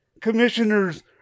commissioners